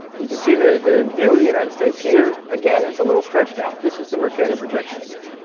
you can see the view of the united states here. again, it's a little stretched out. this is the mercator projection again.